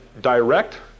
direct